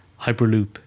Hyperloop